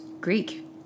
Greek